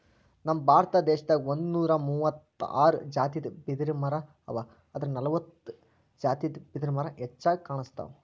ನಮ್ ಭಾರತ ದೇಶದಾಗ್ ಒಂದ್ನೂರಾ ಮೂವತ್ತಾರ್ ಜಾತಿದ್ ಬಿದಿರಮರಾ ಅವಾ ಆದ್ರ್ ನಲ್ವತ್ತ್ ಜಾತಿದ್ ಬಿದಿರ್ಮರಾ ಹೆಚ್ಚಾಗ್ ಕಾಣ್ಸ್ತವ್